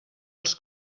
els